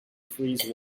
freeze